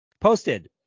posted